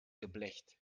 geblecht